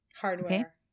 Hardware